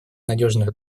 надежных